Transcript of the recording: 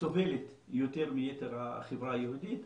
סובלת יותר מיתר החברה היהודית,